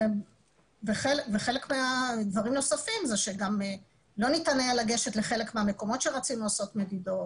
בנוסף לכך לא היה ניתן לגשת לחלק מהמקומות שרצינו לעשות שם מדידות.